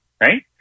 right